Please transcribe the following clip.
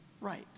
right